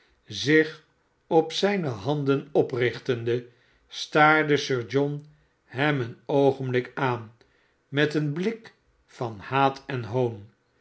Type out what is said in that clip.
zich op zijne nanden oprichtende staarde sir john hem een oogenblik aan met een blik van haat en hoon